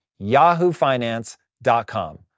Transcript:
yahoofinance.com